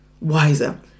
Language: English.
wiser